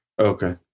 okay